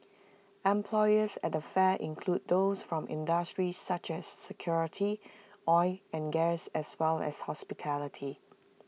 employers at the fair include those from industries such as security oil and gas as well as hospitality